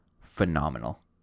phenomenal